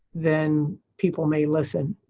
then people may listen.